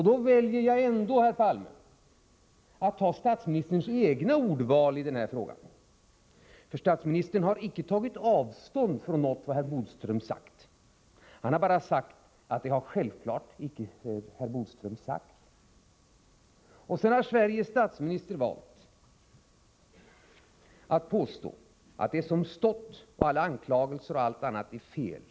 Då väljer jag ändå, herr Palme, att ta statsministerns egna ordval i den här frågan. Statsministern har icke tagit avstånd från något av vad herr Bodström sagt — bara uttalat att det har självfallet icke herr Bodström sagt. Sedan har Sveriges statsminister valt att påstå att det som stått — och alla anklagelser och allt annat — är fel.